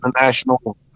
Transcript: national